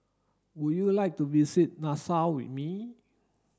would you like to visit Nassau with me